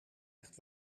echt